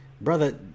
brother